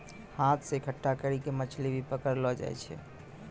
हाथ से इकट्ठा करी के मछली भी पकड़लो जाय छै